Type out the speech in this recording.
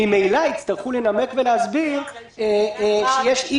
ממילא יצטרכו לנמק ולהסביר ולהגיד שיש מקרים.